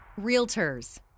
Realtors